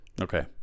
Okay